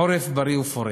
חורף בריא ופורה.